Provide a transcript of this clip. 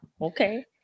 okay